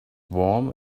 warm